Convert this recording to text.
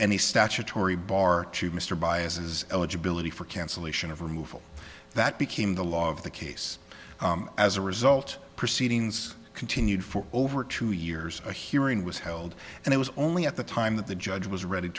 the statutory bar to mr baez's eligibility for cancellation of removal that became the law of the case as a result proceedings continued for over two years a hearing was held and it was only at the time that the judge was ready